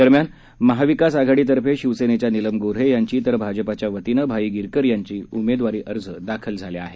दरम्यान महाविकास आघाडीतर्फे शिवसेनेच्या निलम गो हे यांची तर भाजपाच्या वतीनं भाई गिरकर यांचे उमेदवारी अर्ज दाखल केले आहेत